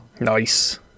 Nice